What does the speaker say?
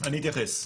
אני אתייחס.